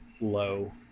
low